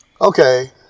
Okay